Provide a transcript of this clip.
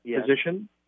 position